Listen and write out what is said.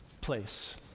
place